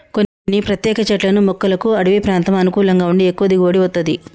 కొన్ని ప్రత్యేక చెట్లను మొక్కలకు అడివి ప్రాంతం అనుకూలంగా ఉండి ఎక్కువ దిగుబడి వత్తది